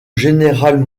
general